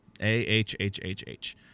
A-H-H-H-H